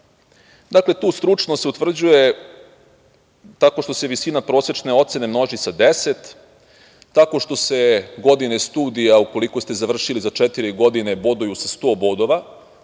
njega. Dakle, ta stručnost se utvrđuje tako što se visina prosečne ocene množi sa 10, tako što se godine studija, ukoliko ste završili za četiri godine, boduju sa 100 bodova.